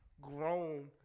grown